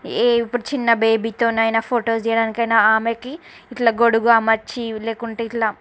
ఏ ఇప్పుడు చిన్న బేబీతోనైనా ఫోటోస్ తీయడానికి అయినా ఆమెకి ఇట్లా గొడుగు అమర్చి లేకుంటే ఇట్లా